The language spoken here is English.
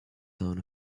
son